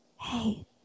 hey